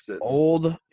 old